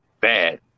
Bad